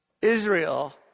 Israel